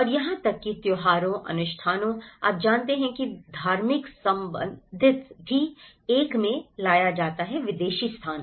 और यहां तक कि त्योहारों अनुष्ठानों आप जानते हैं कि धार्मिक संबंधित भी एक में लाया जाता है विदेशी स्थान